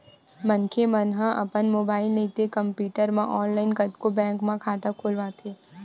मनखे मन अपन मोबाईल नइते कम्प्यूटर म ऑनलाईन कतको बेंक म खाता खोलवाथे